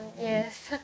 Yes